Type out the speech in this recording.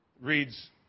reads